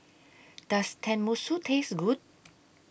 Does Tenmusu Taste Good